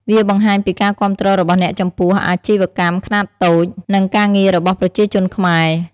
វាបង្ហាញពីការគាំទ្ររបស់អ្នកចំពោះ អាជីវកម្មខ្នាតតូច និងការងាររបស់ប្រជាជនខ្មែរ។